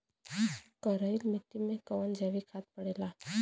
करइल मिट्टी में कवन जैविक खाद पड़ेला?